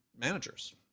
managers